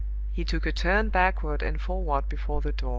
he took a turn backward and forward before the door.